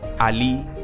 Ali